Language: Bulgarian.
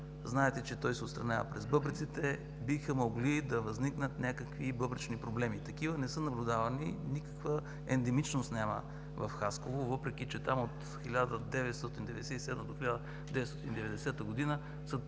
знаете, че той се отстранява през бъбреците, биха могли да възникнат някакви бъбречни проблеми. Такива не са наблюдавани, никаква ендемичност няма в Хасково, въпреки че там до 1990 г. се